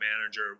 manager